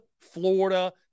Florida